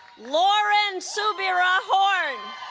lauren subira horn